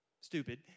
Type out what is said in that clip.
stupid